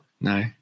No